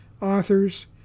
authors